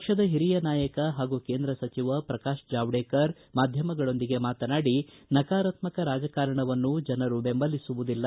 ಪಕ್ಷದ ಹಿರಿಯ ನಾಯಕ ಹಾಗೂ ಕೇಂದ್ರ ಸಚಿವ ಪ್ರಕಾಶ್ ಜಾವಡೇಕರ್ ಮಾಧ್ವಮಗಳೊಂದಿಗೆ ಮಾತನಾಡಿ ನಕಾರಾತ್ಮಕ ರಾಜಕಾರಣವನ್ನು ಜನರು ಬೆಂಬಲಿಸುವುದಿಲ್ಲ